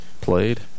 played